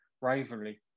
rivalry